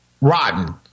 rotten